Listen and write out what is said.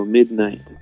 Midnight